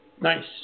Nice